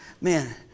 Man